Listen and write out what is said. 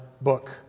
book